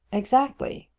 exactly.